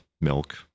milk